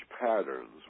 patterns